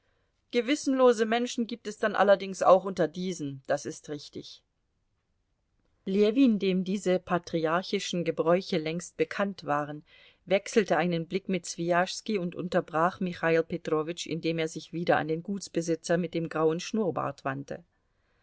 gewissenlose menschen gibt es dann allerdings auch unter diesen das ist richtig ljewin dem diese patriarchalischen gebräuche längst bekannt waren wechselte einen blick mit swijaschski und unterbrach michail petrowitsch indem er sich wieder an den gutsbesitzer mit dem grauen schnurrbart wandte